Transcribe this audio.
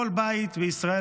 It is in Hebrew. כל בית בישראל,